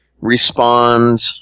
respond